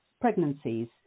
pregnancies